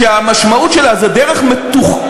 שהמשמעות שלה זו דרך מתוחכמת,